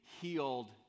healed